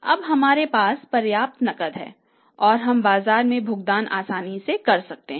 अब हमारे पास पर्याप्त नकद है और हम बाजार में भुगतान आसानी से कर सकते हैं